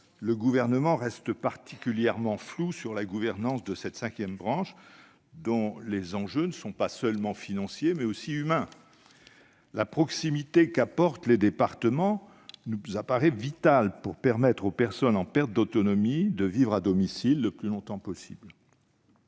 le Gouvernement reste particulièrement flou quant à la gouvernance de cette cinquième branche, dont les enjeux sont non seulement financiers, mais aussi humains. La proximité qu'apportent les départements nous paraît vitale pour permettre aux personnes en perte d'autonomie de vivre à domicile le plus longtemps possible.